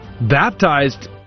baptized